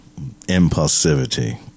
Impulsivity